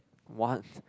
what